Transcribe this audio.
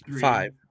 Five